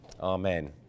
Amen